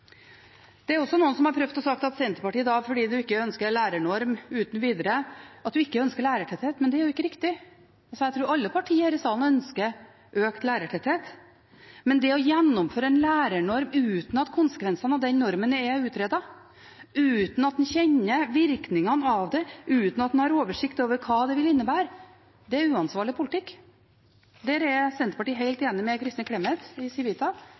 Det er også noen som har prøvd å si at Senterpartiet, fordi man ikke ønsker en lærernorm uten videre, ikke ønsker lærertetthet. Men det er ikke riktig. Jeg tror alle partiene her i salen ønsker økt lærertetthet, men det å gjennomføre en lærernorm uten at konsekvensene av den normen er utredet, uten at en kjenner virkningene av det, uten at en har oversikt over hva det vil innebære, er uansvarlig politikk. Der er Senterpartiet helt enig med Kristin Clemet i